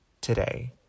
today